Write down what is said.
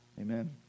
Amen